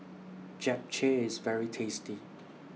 Japchae IS very tasty